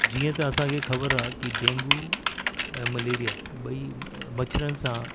जीअं त असांखे ख़बर आ कि डेंगू ऐं मलेरिया ॿई मच्छरनि सां